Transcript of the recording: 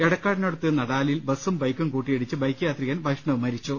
എടക്കാടിനടുത്ത് നടാലിൽ ബസും ബൈക്കും കൂട്ടിയിടിച്ച് ബൈക്ക് യാത്രികൻ വൈഷ്ണവ് മരിച്ചു